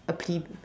appeal